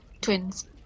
Twins